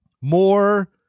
More